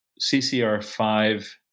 CCR5